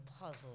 puzzle